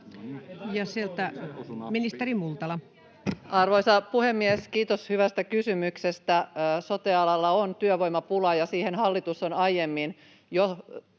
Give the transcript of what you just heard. Ja sieltä ministeri Multala. Arvoisa puhemies! Kiitos hyvästä kysymyksestä. Sote-alalla on työvoimapula, ja hallitus on aiemmin jo